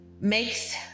makes